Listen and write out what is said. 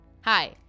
Hi